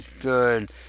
good